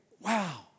wow